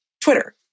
Twitter